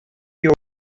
your